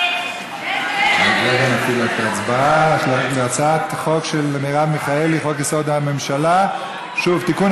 על הצעת החוק של מרב מיכאלי: חוק יסוד: הממשלה (תיקון,